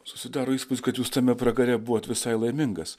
susidaro įspūdis kad jūs tame pragare buvot visai laimingas